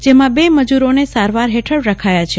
જેમાં લે મજૂરોને સારવાર હેઠળ રખાયા છે